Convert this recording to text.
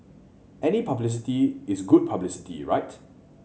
any publicity is good publicity right